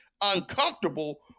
uncomfortable